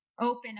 open